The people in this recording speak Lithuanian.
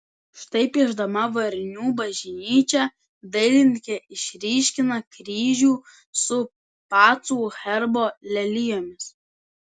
štai piešdama varnių bažnyčią dailininkė išryškina kryžių su pacų herbo lelijomis